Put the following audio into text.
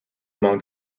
among